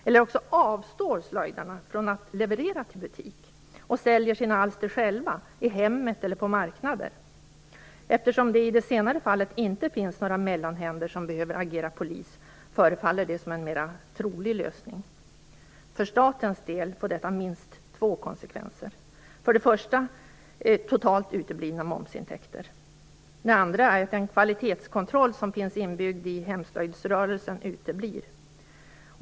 Eller också avstår slöjdarna från att leverera till butik och säljer sina alster själva - i hemmet eller på marknader. Eftersom det i det senare fallet inte finns några mellanhänder som behöver agera polis förefaller det som en mera trolig lösning. För statens del får detta minst två konsekvenser. För det första faller momsintäkterna totalt bort, för det andra uteblir den kvalitetskontroll som finns inbyggd i hemslöjdsrörelsen.